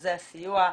מרכזי הסיוע,